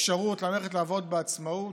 הנושא של האפשרות ללכת לעבוד בעצמאות,